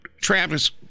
Travis